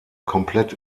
komplett